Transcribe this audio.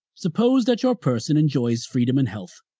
suppose that your person enjoys freedom and health,